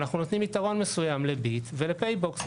אחנו נותנים ייתרון מסוים לביט ולפייבוקס,